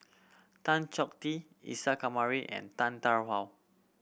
Tan Chong Tee Isa Kamari and Tan Tarn How